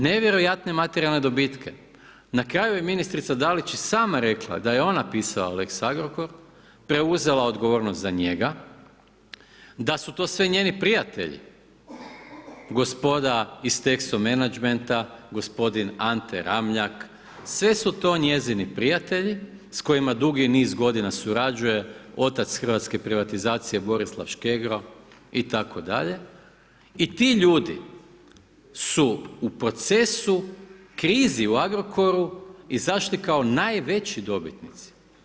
Na kraju je ministrica Dalić i sama rekla da je ona pisala lex Agrokor, preuzela odgovornost za njega, da su to sve njeni prijatelji, gospoda iz Texo Menagmenta, gospodin Ante Ramljak, sve su to njezini prijatelji s kojima dugi niz godina surađuje, otac hrvatske privatizacije Borislav Škegro itd., i ti ljudi su u procesu krize u Agrokoru izašli kao najveći dobitnici.